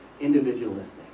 individualistic